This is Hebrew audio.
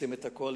ועושים את הכול,